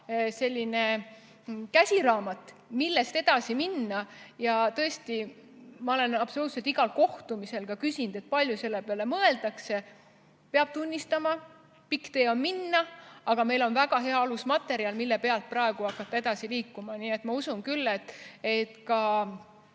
hea käsiraamat, millest edasi minna. Ja tõesti, ma olen absoluutselt igal kohtumisel küsinud, kui palju selle peale mõeldakse. Peab tunnistama, et pikk tee on minna, aga meil on väga hea alusmaterjal, mille pealt praegu hakata edasi liikuma. Nii et ma usun küll, ka